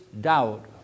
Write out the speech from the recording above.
doubt